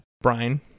Brian